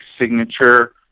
signature